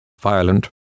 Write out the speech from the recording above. violent